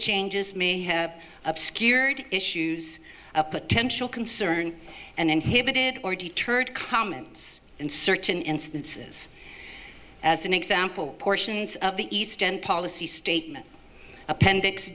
changes me obscured issues of potential concern and inhibited or deterred commons in certain instances as an example portions of the east policy statement appendix